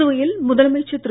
புதுவையில் முதலமைச்சர் திரு